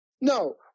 no